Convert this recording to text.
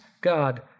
God